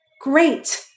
Great